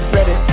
Ready